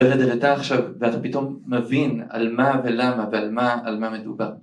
ורד הראתה עכשיו ואתה פתאום מבין על מה ולמה ועל מה מדובר.